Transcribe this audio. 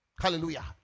Hallelujah